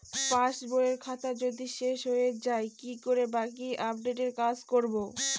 পাসবইয়ের পাতা যদি শেষ হয়ে য়ায় কি করে বাকী আপডেটের কাজ করব?